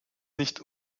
nicht